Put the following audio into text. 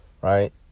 Right